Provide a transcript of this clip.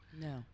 no